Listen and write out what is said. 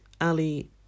Ali